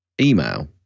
email